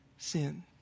sin